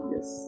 Yes